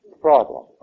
problem